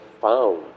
found